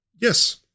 Yes